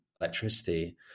electricity